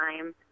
time